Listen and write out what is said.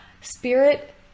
Spirit